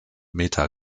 meter